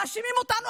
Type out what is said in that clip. מאשימים אותנו,